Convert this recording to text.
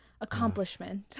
accomplishment